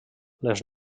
les